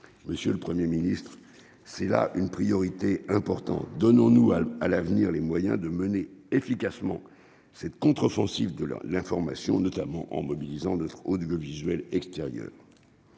monsieur le 1er ministre c'est là une priorité importante, donnons-nous à l'avenir les moyens de mener efficacement cette contre-offensive de la l'information, notamment en mobilisant l'audiovisuel extérieur.